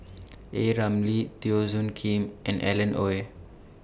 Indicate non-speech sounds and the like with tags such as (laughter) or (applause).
(noise) A Ramli Teo Soon Kim and Alan Oei